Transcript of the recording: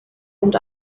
und